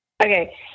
Okay